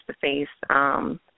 face-to-face